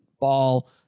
ball